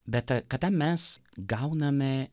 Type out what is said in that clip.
bet kada mes gauname